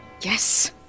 Yes